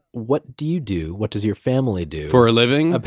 what do you do, what does your family do for a living? ah